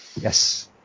Yes